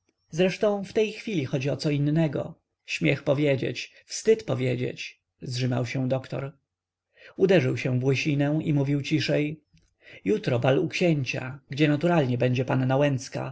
zresztą w tej chwili chodzi o co innego śmiech powiedzieć wstyd powiedzieć zżymał się doktor uderzył się w łysinę i mówił ciszej jutro bal u księcia gdzie naturalnie będzie panna łęcka